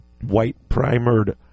white-primered